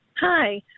Hi